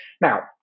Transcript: Now